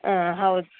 ಆಂ ಹೌದು